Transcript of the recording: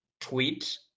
tweet